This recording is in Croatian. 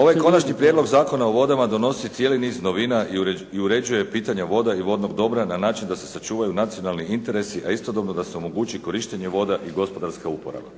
Ovaj Konačni prijedlog Zakona o vodama donosi cijeli niz novina i uređuje pitanje voda i vodnog dobra na način da se sačuvaju nacionalni interesi, a istodobno da se omogući korištenje voda i gospodarska uporaba.